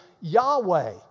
Yahweh